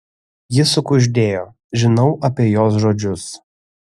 ji sukuždėjo žinau apie jos žodžius